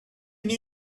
new